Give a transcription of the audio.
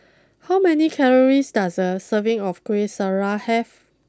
how many calories does a serving of Kueh Syara have